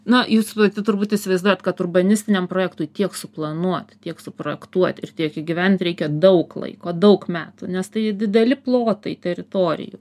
na jūs pati turbūt įsivaizduojat kad urbanistiniam projektui tiek suplanuot tiek suprojektuot ir tiek įgyvendint reikia daug laiko daug metų nes tai dideli plotai teritorijų